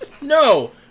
No